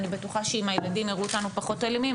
אני בטוחה שאם הילדים יראו אותנו פחות אלימים,